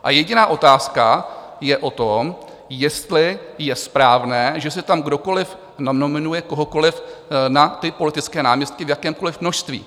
A jediná otázka je o tom, jestli je správné, že si tam kdokoliv nanominuje kohokoliv na politické náměstky v jakémkoliv množství.